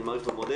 אני מעריך ומודה.